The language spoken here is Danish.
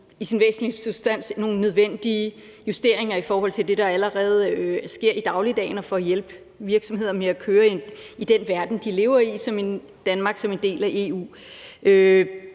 i sin væsentlige substans som nogle nødvendige justeringer i forhold til det, der allerede sker i dagligdagen, og for at hjælpe virksomheder med at køre i den verden, de fungerer i – i Danmark som en del af EU.